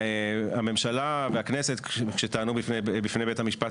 הממשלה והכנסת כשטענו בפני בית המשפט,